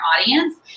audience